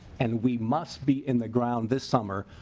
and we must be in the ground the center.